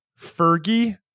Fergie